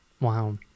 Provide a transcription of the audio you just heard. Wow